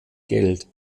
geld